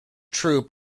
troop